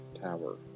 tower